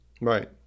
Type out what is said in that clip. Right